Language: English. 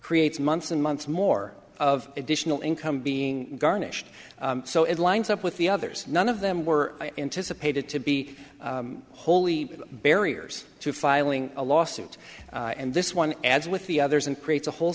creates months and months more of additional income being garnished so it lines up with the others none of them were anticipated to be wholly barriers to filing a lawsuit and this one adds with the others and creates a whole